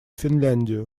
финляндию